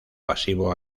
pasivo